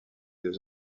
deux